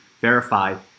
verify